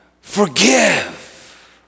forgive